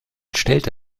stellte